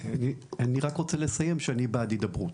אני רק רוצה לסיים שאני בעד הידברות.